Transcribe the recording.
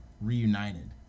reunited